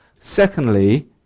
Secondly